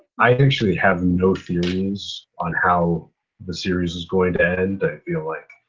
i actually have no theories on how the series is going to end, i fell like,